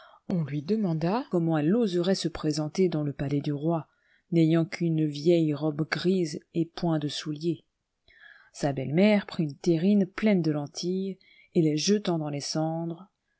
on lui demanda comment elle oserait se présenter dans le palais du roi n'ayant qu'une vieille robe grise et point de souliers sa belle-mère prit une terrine pleine de lentilles et les jetant dans les cendres